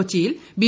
കൊച്ചിയിൽ ബി